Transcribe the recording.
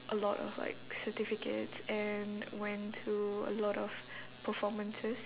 a lot of like certificates and went to a lot of performances